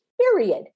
period